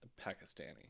pakistani